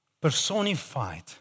personified